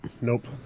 Nope